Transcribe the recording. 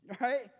Right